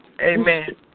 Amen